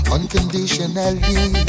Unconditionally